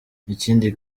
ikindi